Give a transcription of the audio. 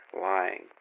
lying